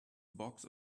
box